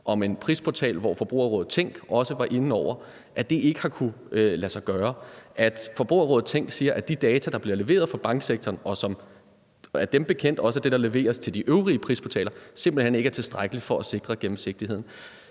om en prisportal, som Forbrugerrådet Tænk også var inde over, ikke har kunnet lade sig gøre; og at Forbrugerrådet Tænk siger, at de data, der bliver leveret fra banksektoren, og som dem bekendt også er det, der leveres til de øvrige prisportaler, simpelt hen ikke er tilstrækkelige for at sikre gennemsigtigheden.